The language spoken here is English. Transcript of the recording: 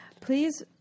Please